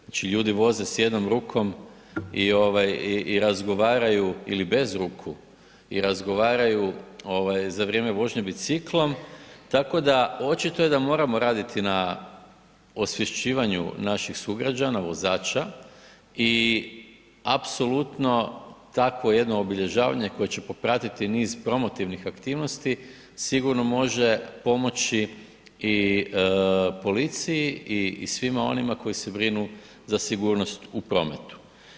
Znači ljudi voze s jednom rukom i razgovaraju ili bez ruku i razgovaraju za vrijeme vožnje biciklom, tako da, očito je da moramo raditi na osvješćivanju naših sugrađana, vozača i apsolutno takvo jedno obilježavanje koje će popratiti niz promotivnih aktivnosti sigurno može pomoći i policiji i svima onima koji se brinu za sigurnost u prometu.